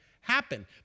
happen